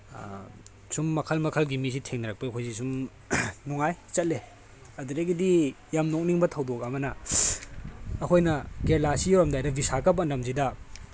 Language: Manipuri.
ꯁꯨꯝ ꯃꯈꯜ ꯃꯈꯜꯒꯤ ꯃꯤꯁꯤ ꯊꯦꯡꯅꯔꯛꯞꯒꯤ ꯑꯩꯈꯣꯏꯁꯦ ꯁꯨꯝ ꯅꯨꯉꯥꯏ ꯁꯨꯝ ꯆꯠꯂꯦ ꯑꯗꯨꯗꯒꯤꯗꯤ ꯌꯥꯝ ꯅꯣꯛꯅꯤꯡꯕ ꯊꯧꯗꯣꯛ ꯑꯃꯅ ꯑꯩꯈꯣꯏꯅ ꯀꯦꯔꯦꯂꯥꯁꯤ ꯌꯧꯔꯝꯗꯥꯏꯁꯤꯗ ꯕꯤꯁꯥꯀꯄꯠꯅꯝꯁꯤꯗ